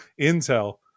Intel